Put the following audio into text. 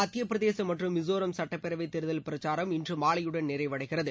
மத்திய பிரதேசம் மற்றும் மிஸோராம் சட்டப்பேரவைத் தேர்தல் பிரச்சாரம் இன்று மாலையுடன் நிறைவடைகிறது